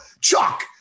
Chuck